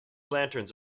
lanterns